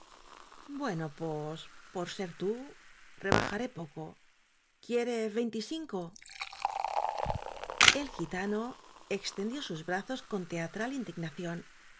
bueno pos por ser tú rebajaré poco ouieres ventisinco el gitano extendió sus brazos con teatral indignación